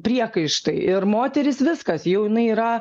priekaištai ir moterys viskas jau jinai yra